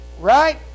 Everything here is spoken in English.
Right